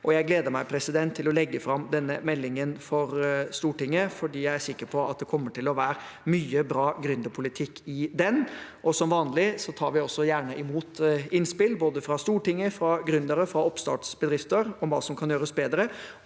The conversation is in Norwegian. Jeg gleder meg til å legge fram denne meldingen for Stortinget, for jeg er sikker på at det kommer til å være mye bra gründerpolitikk i den. Som vanlig tar vi også gjerne imot innspill både fra Stortinget, fra gründere og fra oppstartsbedrifter om hva som kan gjøres bedre,